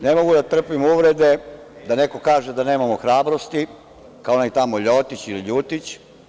Ne mogu da trpim uvrede da neko kaže da nemamo hrabrosti, kao onaj tamo LJotić ili LJutić.